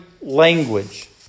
language